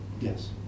Yes